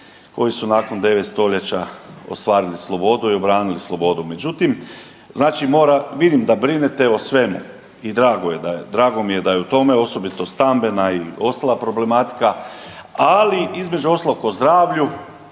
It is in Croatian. koji su nakon 9 stoljeća ostvarili slobodu i obranili slobodu. Međutim, znači …/Govornik se ne razumije./… vidim da brinete o svemu, i drago mi je da je u tom osobito stambena i ostala problematika, ali između ostalog o zdravlju